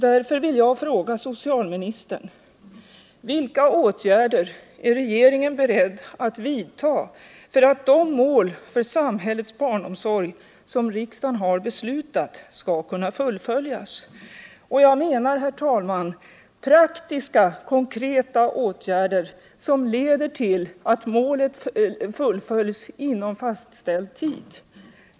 Därför vill jag fråga socialministern: Vilka åtgärder är regeringen beredd att vidta för att de mål för samhällets barnomsorg som riksdagen beslutat skall kunna fullföljas? Och jag menar, herr talman, praktiska, konkreta åtgärder som leder till att målet uppnås inom fastställd tid.